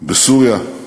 בסוריה?